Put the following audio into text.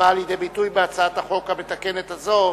שבאה לידי ביטוי בהצעת החוק המתקנת הזאת,